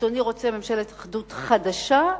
אדוני רוצה ממשלת אחדות חדשה,